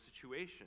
situation